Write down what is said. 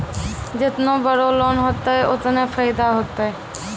जेतना बड़ो लोन होतए ओतना फैदा होतए